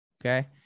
Okay